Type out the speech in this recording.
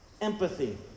Empathy